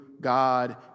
God